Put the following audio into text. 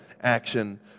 action